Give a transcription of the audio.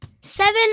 Seven